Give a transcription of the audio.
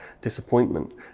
disappointment